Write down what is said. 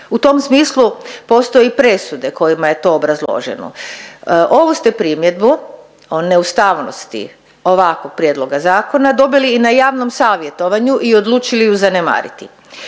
U tom smislu postoje i presude kojima je to obrazloženo. Ovu ste primjedbu o neustavnosti ovako prijedloga zakona dobili i na javnom savjetovanju i odlučili ju zanemariti.